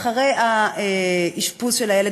אחרי האשפוז של הילד,